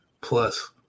plus